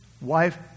wife